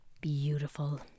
beautiful